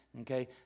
Okay